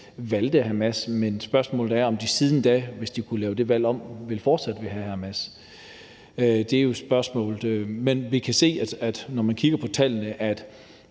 valgte Hamas, men spørgsmålet er, om de siden da, hvis de kunne lave det valg om, fortsat vil have Hamas. Det er jo et spørgsmål. Vi kan se, når man kigger på tallene,